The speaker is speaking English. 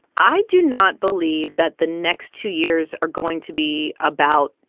i do not believe that the next two years are going to be about,